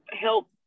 help